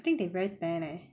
I think they very fair leh